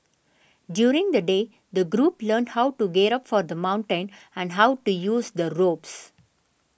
during the day the group learnt how to gear up for the mountain and how to use the ropes